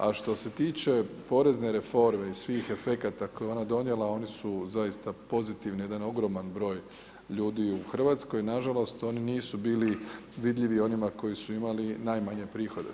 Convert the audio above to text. A što se tiče porezne reforme i svih efekata koje je ona donijela, oni su zaista pozitivni, jedan ogroman broj ljudi u Hrvatskoj na žalost oni nisu bili vidljivi onima koji su imali najmanje prihode.